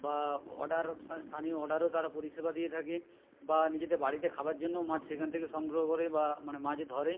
বা অর্ডার স্থানীয় অর্ডারও তারা পরিষেবা দিয়ে থাকে বা নিজেদের বাড়িতে খাবার জন্যও মাছ সেখান থেকে সংগ্রহ করে বা মানে মাছ ধরে